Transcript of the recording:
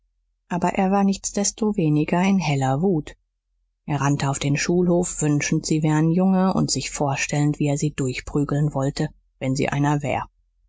aber er war nichtsdestoweniger in heller wut er rannte auf den schulhof wünschend sie wär n junge und sich vorstellend wie er sie durchprügeln wollte wenn sie einer wär